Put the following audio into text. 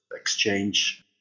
exchange